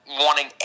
wanting